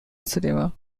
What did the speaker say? cinema